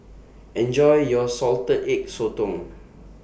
Enjoy your Salted Egg Sotong